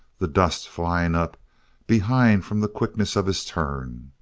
the dust flying up behind from the quickness of his turn.